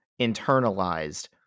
internalized